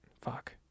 fuck